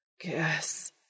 Guess